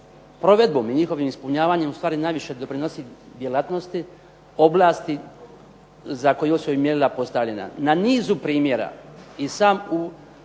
provedbom i njihovim ispunjavanjem u stvari najviše doprinosi djelatnosti oblasti za koju su i mjerila postavljena. Na nizu primjera i sam